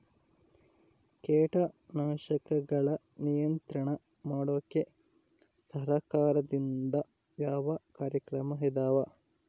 ಕೇಟನಾಶಕಗಳ ನಿಯಂತ್ರಣ ಮಾಡೋಕೆ ಸರಕಾರದಿಂದ ಯಾವ ಕಾರ್ಯಕ್ರಮ ಇದಾವ?